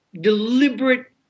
deliberate